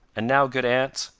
and now, good aunts,